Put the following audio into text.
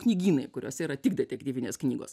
knygynai kuriuose yra tik detektyvinės knygos